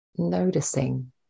noticing